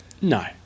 No